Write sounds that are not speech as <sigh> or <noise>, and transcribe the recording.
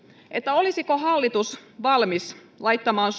olisiko hallitus valmis laittamaan <unintelligible>